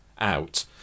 out